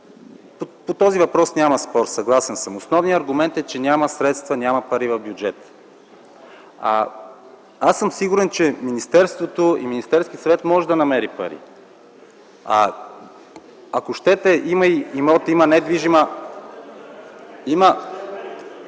по този въпрос няма спор, съгласен съм. Основният аргумент е, че няма средства, че няма пари в бюджета. Аз съм сигурен, че министерството, Министерският съвет може да намери пари. (Оживление.) Ако щете, има недвижима